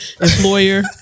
employer